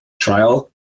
trial